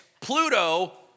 Pluto